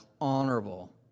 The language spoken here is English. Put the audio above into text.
honorable